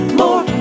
more